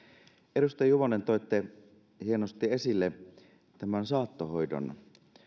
edustaja juvonen toitte hienosti esille saattohoidon